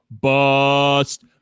bust